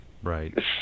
Right